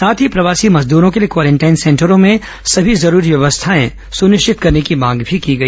साथ ही प्रवासी मजदूरों के लिए क्वारेंटाइन सेंटरों में सभी जरूरी व्यवस्थाएं सुनिश्चित करने की मांग भी की गई